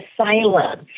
asylum